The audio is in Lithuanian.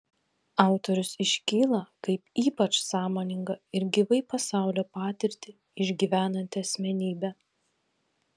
autorius iškyla kaip ypač sąmoninga ir gyvai pasaulio patirtį išgyvenanti asmenybė